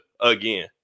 again